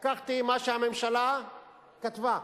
לקחתי מה שהממשלה כתבה,